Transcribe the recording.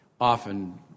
often